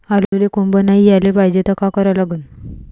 आलूले कोंब नाई याले पायजे त का करा लागन?